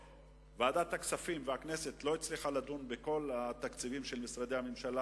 ועדת הכספים והכנסת לא הצליחו לדון בכל התקציבים של משרדי הממשלה,